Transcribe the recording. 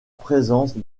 présence